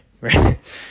Right